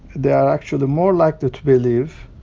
they are actually more likely to believe,